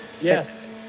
Yes